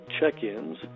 check-ins